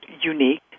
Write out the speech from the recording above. unique